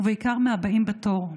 ובעיקר מהבאים בתור,